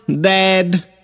dead